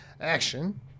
action